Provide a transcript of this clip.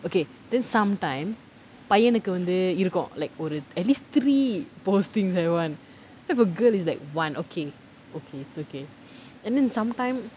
okay then sometime பையனுக்கு வந்து இருக்கும்:paiyanukku vanthu irukkum like ஒரு:oru at least three postings at once then the girl is like one okay okay it's okay and then sometime